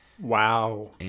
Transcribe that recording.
Wow